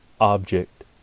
object